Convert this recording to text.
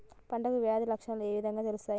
పంటలో వ్యాధి లక్షణాలు ఏ విధంగా తెలుస్తయి?